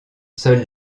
seule